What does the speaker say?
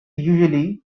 unusually